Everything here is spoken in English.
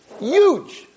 Huge